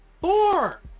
four